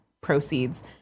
proceeds